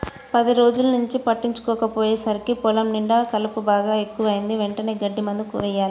పది రోజుల్నుంచి పట్టించుకోకపొయ్యేసరికి పొలం నిండా కలుపు బాగా ఎక్కువైంది, వెంటనే గడ్డి మందు యెయ్యాల